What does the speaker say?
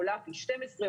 עולה פי 12,